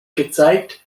gezeigt